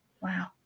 Wow